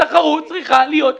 התחרות צריכה להיות שווה.